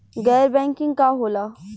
गैर बैंकिंग का होला?